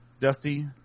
dusty